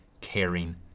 caring